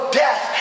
death